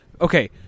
Okay